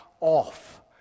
off